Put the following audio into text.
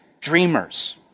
dreamers